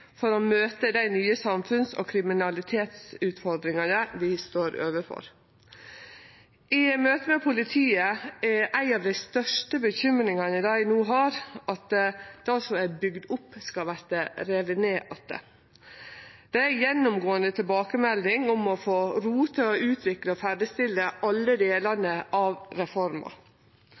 for å møte dei nye samfunns- og kriminalitetsutfordringane vi står overfor. I møte med politiet er ei av dei største bekymringane dei no har, at det som er bygt opp, skal verte rive ned att. Det er ei gjennomgåande tilbakemelding om å få ro til å utvikle og ferdigstille alle delane av reforma.